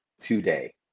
today